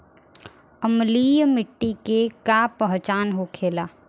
अम्लीय मिट्टी के का पहचान होखेला?